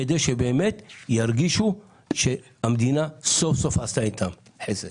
כדי שהם באמת ירגישו סוף-סוף שהמדינה עשתה איתם חסד.